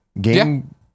game